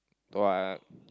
what